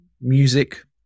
music